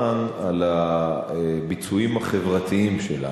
אני בעד שהממשלה תפרסם נתונים כל הזמן על הביצועים החברתיים שלה,